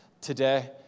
today